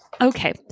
Okay